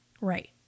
Right